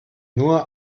nur